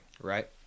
Right